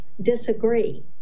disagree